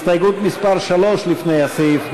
הסתייגות מס' 3 לפני הסעיף,